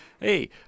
Hey